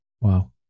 Wow